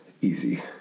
easy